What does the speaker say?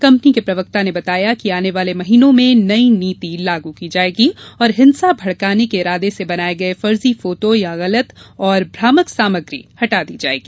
company के प्रवक्ता ने बताया कि आने वाले महीनों में नई नीति लागू की जायेगी और हिंसा भड़काने के इरादे से बनाये गये फर्जी फोटो तथा गलत और भ्रामक सामग्री हटा दी जायेगी